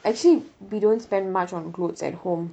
actually we don't spend much on clothes at home